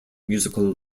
musical